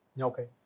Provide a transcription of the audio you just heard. Okay